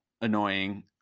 annoying